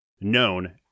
known